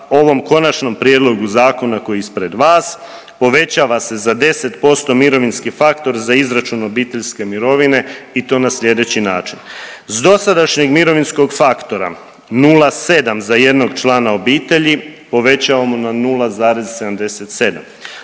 ovom konačnom prijedlogu zakona koji je ispred vas povećava se za 10% mirovinski faktor za izračun obiteljske mirovine i to na slijedeći način. S dosadašnjeg mirovinskog faktora 0,7 za jednog člana obitelji povećavamo na 0,77.